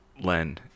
Len